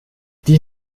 die